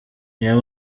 niyo